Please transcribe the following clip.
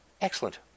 Excellent